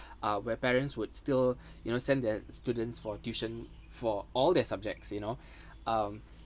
uh where parents would still you know send their students for tuition for all their subjects you know um